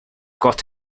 got